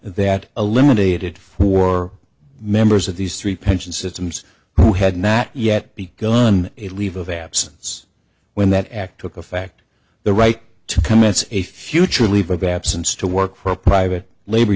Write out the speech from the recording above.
that eliminated four members of these three pension systems who had not yet begun a leave of absence when that act took a fact the right to commits a future leave of absence to work for a private labor